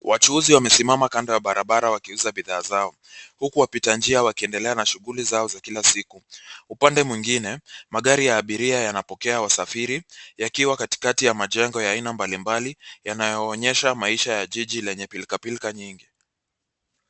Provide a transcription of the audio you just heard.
Wachuuzi wamesimama kando ya barabara wakiuza bidhaa zao. Huku wapita njia wakiendelea na shuguli zao za kila siku. Upande mwingine, magari ya abiria yanapokea wasafiri yakiwa katikati ya majengo ya aina mbalimbali yanayoonyesha maisha ya jiji lenye pilkapilka nyingi.